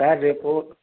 sir రేపు